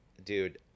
dude